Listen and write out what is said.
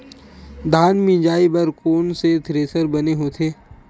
धान मिंजई बर कोन से थ्रेसर बने होथे?